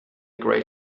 great